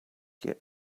get